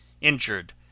Injured